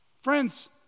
Friends